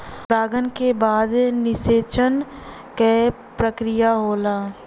परागन के बाद निषेचन क प्रक्रिया होला